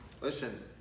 Listen